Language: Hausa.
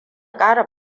ƙara